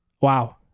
wow